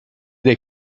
dei